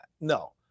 No